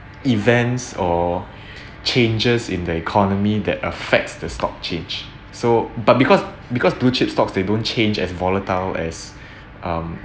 events or changes in the economy that affects the stock change so but because because blue chips stocks they don't change as volatile as um